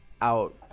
out